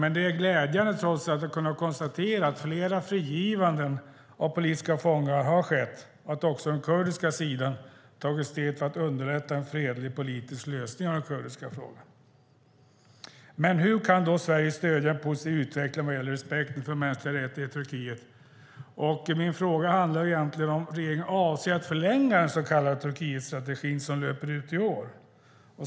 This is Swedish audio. Men det är trots allt glädjande att kunna konstatera att flera frigivanden av politiska fångar har skett och att också den kurdiska sidan tagit steg för att underlätta en fredlig politisk lösning av den kurdiska frågan. Hur kan då Sverige stödja en positiv utveckling vad gäller respekten för mänskliga rättigheter i Turkiet? Min fråga är egentligen om regeringen avser att förlänga den så kallade Turkietstrategin som löper ut i år.